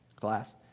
class